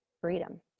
freedom